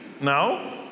No